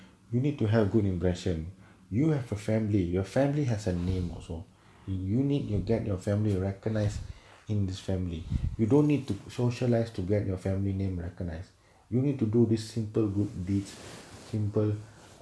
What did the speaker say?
you need to have good impression you have for family your family has a name also you need you get your family recognised in this family you don't need to socialise to grab your family name recognised you need to do this simple good deeds simple